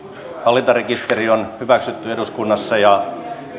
hallintarekisteri on hyväksytty eduskunnassa ja